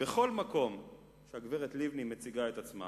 בכל מקום שהגברת לבני מציגה את עצמה,